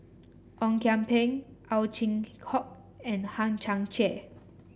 Ong Kian Peng Ow Chin Hock and Hang Chang Chieh